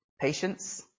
patience